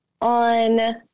on